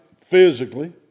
physically